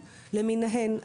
ונמצאת פה גם מנהלת היחידה,